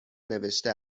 نوشته